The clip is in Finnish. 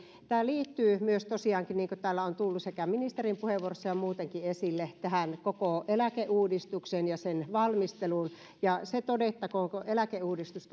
tämä liittyy myös tosiaankin niin kuin täällä on tullut ministerin puheenvuorossa ja muutenkin esille koko eläkeuudistukseen ja sen valmisteluun ja se todettakoon että kun eläkeuudistus